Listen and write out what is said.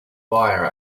buyer